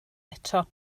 eto